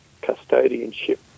custodianship